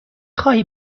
خواهی